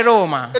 Roma